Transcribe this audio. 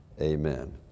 amen